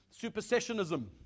supersessionism